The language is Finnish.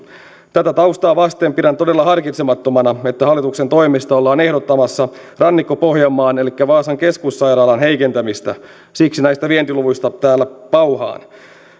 tätä taustaa vasten pidän todella harkitsemattomana että hallituksen toimesta ollaan ehdottamassa rannikko pohjanmaan vaasan keskussairaalan heikentämistä siksi näistä vientiluvuista täällä pauhaan